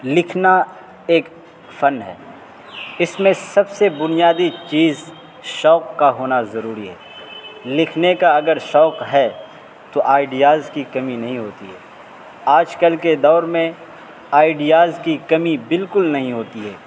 لکھنا ایک فن ہے اس میں سب سے بنیادی چیز شوق کا ہونا ضروری ہے لکھنے کا اگر شوق ہے تو آئیڈیاز کی کمی نہیں ہوتی ہے آج کل کے دور میں آئیڈیاز کی کمی بالکل نہیں ہوتی ہے